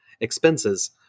expenses